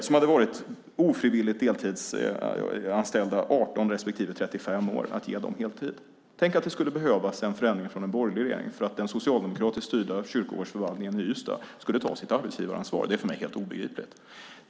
De hade varit ofrivilligt deltidsanställda 18 respektive 35 år. Tänk att det skulle behövas en förändring från en borgerlig regering för att den socialdemokratiskt styrda kyrkogårdsförvaltningen i Ystad skulle ta sitt arbetsgivaransvar! Det är för mig helt obegripligt.